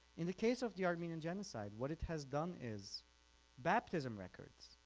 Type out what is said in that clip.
in the case of the armenian genocide what it has done is baptism records,